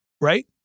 right